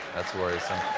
that's worrisome.